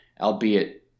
albeit